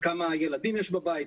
כמה ילדים יש בבית,